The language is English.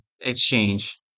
exchange